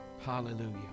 Hallelujah